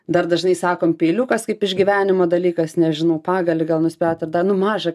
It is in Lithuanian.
dar dažnai sakom peiliukas kaip išgyvenimo dalykas nežinau pagalį gal nusipjaut ar dar nu maža ką